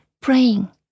praying